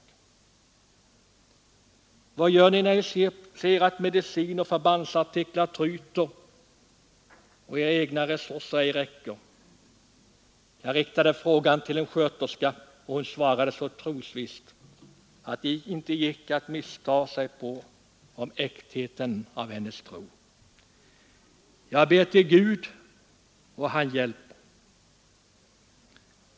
Jag frågade en sköterska: ”Vad gör Ni när Ni ser att medicin och förbandsartiklar tryter och Era egna resurser ej räcker?” Sköterskan svarade, och detta så trosvisst att det inte gick att missta sig på äktheten av hennes tro: ”Jag ber till Gud och han hjälper.